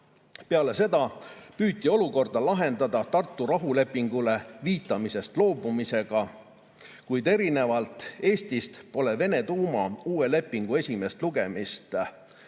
"Peale seda püüti olukorda "lahendada" Tartu rahulepingule viitamisest loobumisega, kuid erinevalt Eestist pole Vene Duuma uue lepingu esimest lugemist teinud."